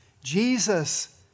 Jesus